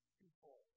people